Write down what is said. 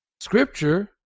Scripture